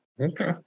Okay